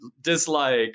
dislike